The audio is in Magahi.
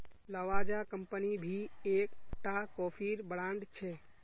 लावाजा कम्पनी भी एक टा कोफीर ब्रांड छे